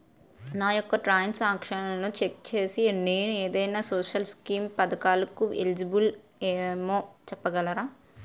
నా యెక్క ట్రాన్స్ ఆక్షన్లను చెక్ చేసి నేను ఏదైనా సోషల్ స్కీం పథకాలు కు ఎలిజిబుల్ ఏమో చెప్పగలరా?